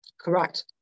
Correct